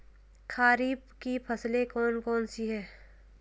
खरीफ की फसलें कौन कौन सी हैं?